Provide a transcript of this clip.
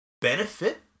benefit